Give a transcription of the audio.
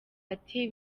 ati